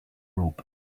rope